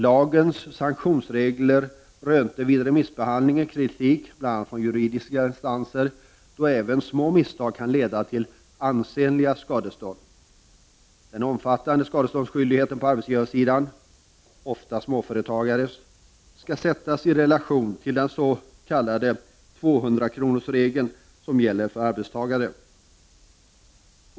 Lagens sanktionsregler rönte vid remissbehandlingen kritik, bl.a. från juridiska instanser, då även små misstag kan leda till ansenliga skadestånd. Den omfattande skadeståndsskyldigheten på arbetsgivarsidan — ofta småföretagare — skall sättas i relation till den s.k. 200 kronorsregeln som gäller för arbetstagare.